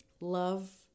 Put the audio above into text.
love